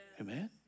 Amen